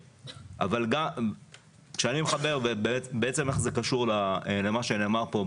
איך זה קשור למה שנאמר פה,